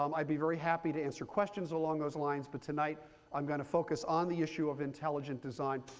um i'd be very happy to answer questions along those lines, but tonight i'm going to focus on the issue of intelligent design,